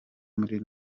muri